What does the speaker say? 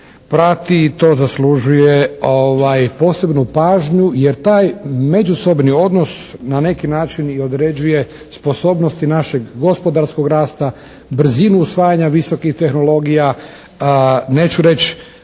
prati i to zaslužuje posebnu pažnju jer taj međusobni odnos na neki način i određuje sposobnost našeg gospodarskog rasta, brzinu usvajanja visokih tehnologija, neću reći